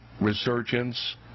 resurgence